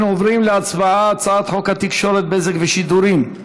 אנחנו עוברים להצבעה: הצעת חוק התקשורת (בזק ושידורים)